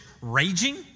raging